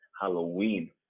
Halloween